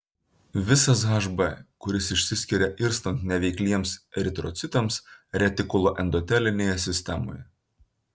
visas hb kuris išsiskiria irstant neveikliems eritrocitams retikuloendotelinėje sistemoje